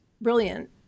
brilliant